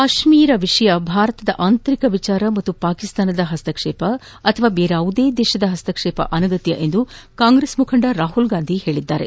ಕಾಶ್ಮೀರ ಭಾರತ ಆಂತರಿಕ ವಿಚಾರ ಹಾಗೂ ಪಾಕಿಸ್ತಾನದ ಹಸ್ತಕ್ಷೇಪ ಅಥವಾ ಇನ್ಯಾವುದೇ ದೇಶಗಳ ಹಸ್ತಕ್ಷೇಪ ಅನಗತ್ಯ ಎಂದು ಕಾಂಗ್ರೆಸ್ ಮುಖಂಡ ರಾಹುಲ್ಗಾಂಧಿ ಹೇಳಿದ್ದಾರೆ